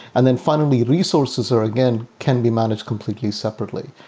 and then finally, resources are, again, can be managed completely separately.